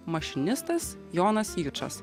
mašinistas jonas jučas